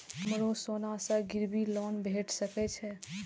हमरो सोना से गिरबी लोन भेट सके छे?